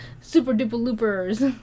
super-duper-loopers